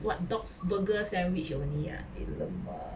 hotdogs burger sandwich only ah alamak